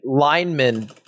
linemen